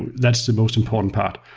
that's the most important part.